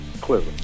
Clearly